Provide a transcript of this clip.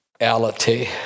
reality